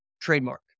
trademark